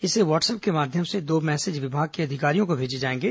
इसे व्हाट्सअप के माध्यम से दो मैसेज विभाग के अधिकारियों को भेजे जाएंगे